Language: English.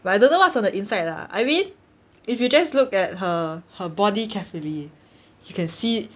but I don't know what's on the inside lah I mean if you just look at her her body carefully you can see